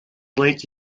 late